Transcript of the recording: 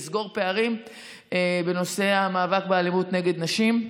לסגור פערים בנושא המאבק באלימות נגד נשים.